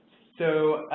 so,